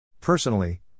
Personally